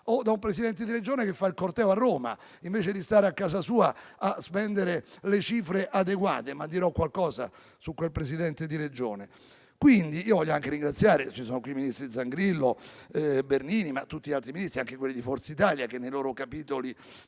o da un presidente di Regione che fa il corteo a Roma, invece di stare a casa sua a spendere le cifre adeguate. Dirò poi qualcosa su quel presidente di Regione. Voglio anche ringraziare i ministri Zangrillo e Bernini, ma anche tutti gli altri Ministri, compresi quelli di Forza Italia, che nei loro capitoli